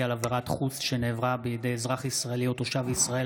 על עבירת חוץ שנעברה בידי אזרח ישראלי או תושב ישראל),